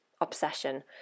obsession